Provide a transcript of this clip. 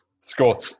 Score